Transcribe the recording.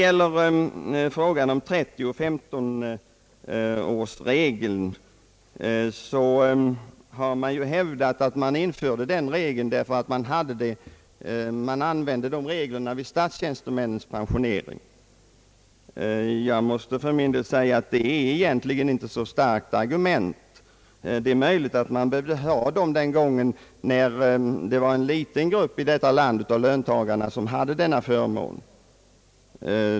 Beträffande 30 och 15-årsregeln har hävdats att den regeln infördes därför att den användes vid statstjänstemännens pensionering. Jag måste för min del säga att det i och för sig inte är ett så starkt argument. Det är möjligt att man behövde ha regeln när det endast var en liten grupp av löntagarna i detta land som hade pensionsförmånen.